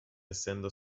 essendo